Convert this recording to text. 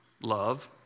Love